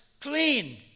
clean